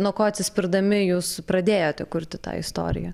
nuo ko atsispirdami jūs pradėjote kurti tą istoriją